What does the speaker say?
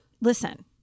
listen